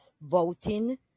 voting